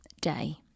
day